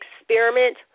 experiment